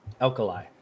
Alkali